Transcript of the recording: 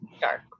Dark